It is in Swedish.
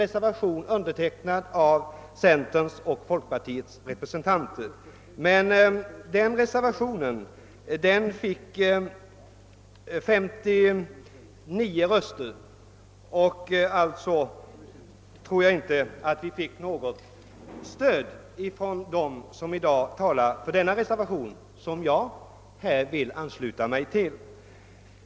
Reservationen var undertecknad av centerpartiets och folkpartiets representanter och fick endast 59 röster. Därför tror jag inte att vi fick något stöd från dem som i dag talar för den reservation som jag här vill ansluta mig till.